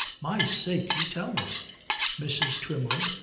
my sakes! you tell me mrs. twymley,